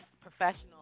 professional